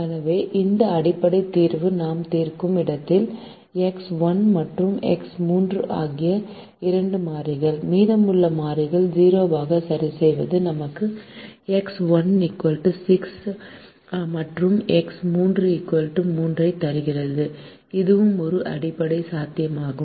எனவே இந்த அடிப்படை தீர்வு நாம் தீர்க்கும் இடத்தில் எக்ஸ் 1 மற்றும் எக்ஸ் 3 ஆகிய இரண்டு மாறிகள் மீதமுள்ள மாறிகளை 0 ஆக சரிசெய்வது நமக்கு எக்ஸ் 1 6 மற்றும் எக்ஸ் 3 3 ஐ தருகிறது இதுவும் ஒரு அடிப்படை சாத்தியமாகும்